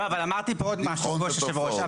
לא, אבל אמרתי פה עוד משהו, כבוד היושב ראש.